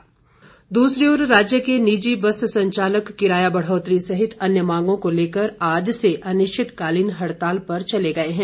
हुड़ताल राज्य के निजी बस संचालक किराया बढ़ोतरी सहित अन्य मांगों को लेकर आज से अनिश्चितकालीन हड़ताल पर चले गए हैं